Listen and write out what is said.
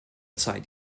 zeit